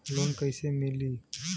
Loan कईसे मिली?